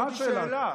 שאלת אותי שאלה.